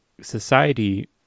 society